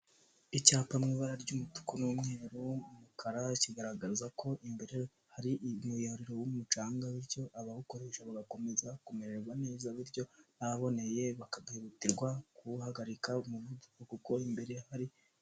Icyapa mu ibara ry'umutuku n'umweru n'umukara kigaragaza ko imbere hari umuyoboro w'umucanga, bityo abawukoresha bagakomeza kumererwa neza, bityo ahaboneye bakahutirwa kuwuhagarika umuvuduko kuko imbere hari.